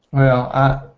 ah.